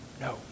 No